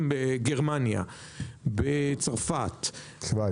בערים בגרמניה, בצרפת -- בשוויץ.